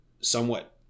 somewhat